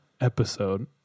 episode